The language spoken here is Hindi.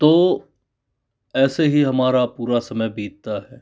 तो ऐसे ही हमारा पूरा समय बीतता है